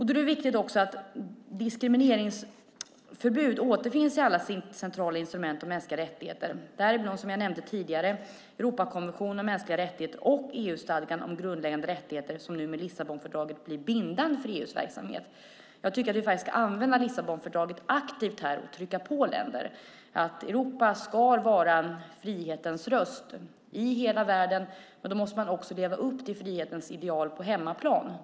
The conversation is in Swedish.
Då är det viktigt att diskrimineringsförbud finns i alla centrala instrument om mänskliga rättigheter, däribland, som jag nämnde tidigare, Europakonventionen om mänskliga rättigheter och EU-stadgan om grundläggande rättigheter, som med Lissabonfördraget blir bindande för EU:s verksamhet. Jag tycker att vi ska använda Lissabonfördraget aktivt och trycka på länder för att visa att Europa ska vara en frihetens röst i hela världen. Då måste man leva upp till frihetens ideal också på hemmaplan.